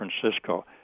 Francisco